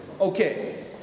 Okay